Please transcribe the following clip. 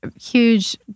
huge